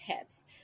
tips